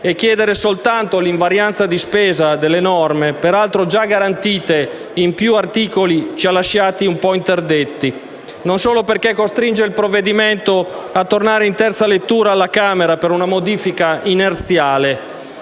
e chiedere soltanto l'invarianza di spesa delle norme, peraltro già garantita in più un articoli, ci ha lasciati un po' interdetti, non solo perché ciò costringe il provvedimento a tornare in terza lettura alla Camera per una modifica inerziale,